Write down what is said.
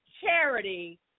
charity